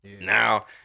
Now